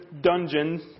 dungeons